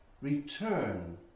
return